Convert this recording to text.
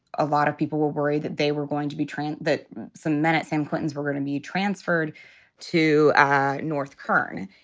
a lot of people were worried that they were going to be treant, that some minutes and clintons were going to be transferred to north kern.